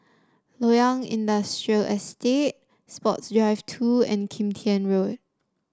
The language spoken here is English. Loyang Industrial Estate Sports Drive Two and Kim Tian Road